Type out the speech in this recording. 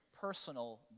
personal